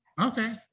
Okay